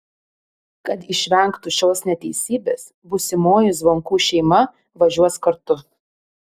kad išvengtų šios neteisybės būsimoji zvonkų šeima važiuos kartu